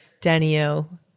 Danielle